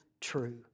true